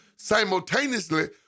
simultaneously